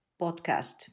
podcast